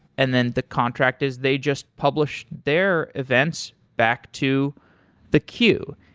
and then the contract is they just publish their events back to the queue.